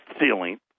ceiling